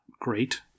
great